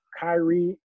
Kyrie